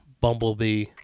Bumblebee